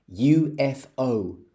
UFO